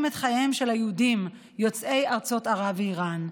את חייהם של היהודים יוצאי ארצות ערב ואיראן.